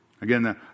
Again